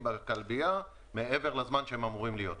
בכלבייה מעבר לזמן שהם אמורים להיות שם.